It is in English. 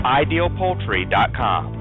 idealpoultry.com